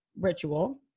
ritual